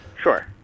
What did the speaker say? sure